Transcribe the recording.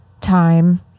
time